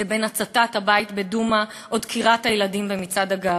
לבין הצתת הבית בדומא או דקירת הילדים במצעד הגאווה.